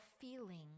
feeling